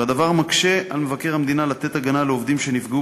והדבר מקשה על מבקר המדינה להגן על עובדים שנפגעו